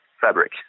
fabric